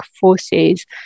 Forces